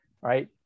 right